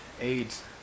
AIDS